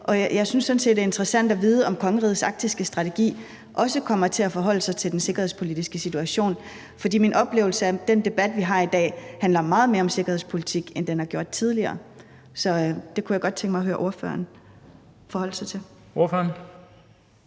og jeg synes sådan set, det er interessant at vide, om kongerigets arktiske strategi også kommer til at forholde sig til den sikkerhedspolitiske situation. For min oplevelse er, at den debat, vi har i dag, handler meget mere om sikkerhedspolitik, end den har gjort tidligere. Så det kunne jeg godt tænke mig at høre ordføreren forholde sig til. Kl.